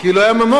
כי לא היה ממון.